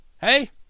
hey